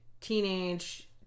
teenage